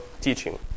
teaching